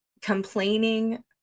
complaining